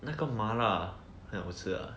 那个麻辣很好吃 lah